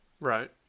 Right